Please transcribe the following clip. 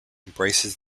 embraces